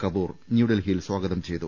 കപൂർ ന്യൂഡൽഹി യിൽ സ്വാഗതം ചെയ്തു